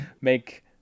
make